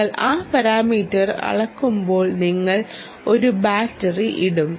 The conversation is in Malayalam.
നിങ്ങൾ ആ പാരാമീറ്റർ അളക്കുമ്പോൾ നിങ്ങൾ ഒരു ബാറ്ററി ഇടും